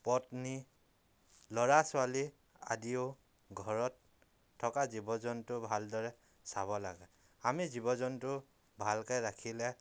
পত্নী ল'ৰা ছোৱালী আদিয়েও ঘৰত থকা জীৱ জন্তু ভালদৰে চাব লাগে আমি জীৱ জন্তু ভালকৈ ৰাখিলে